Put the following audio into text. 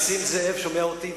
נסים זאב שומע אותי,